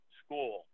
school